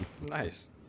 Nice